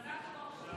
אדוני היושב-ראש,